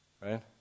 Right